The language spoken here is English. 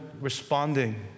responding